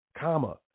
comma